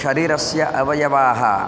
शरीरस्य अवयवाः